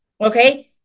Okay